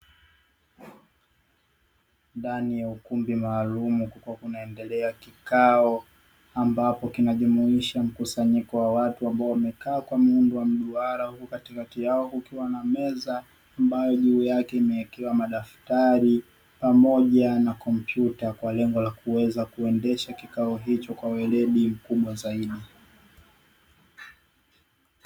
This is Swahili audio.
Ndani ya ukumbi maalum kukiwa kunaendelea kikao ambapo kinajumuisha mkusanyiko wa watu ambao wamekaa kwa miundo ya mduara huku katikati yao kukiwa na meza ambayo juu yake imewekewa madaftari pamoja na kompyuta kwa lengo la kuweza kuendesha kikao hicho kwa weledi mkubwa zaidi.